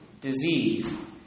disease